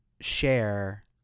share